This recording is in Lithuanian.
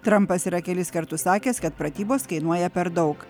trampas yra kelis kartus sakęs kad pratybos kainuoja per daug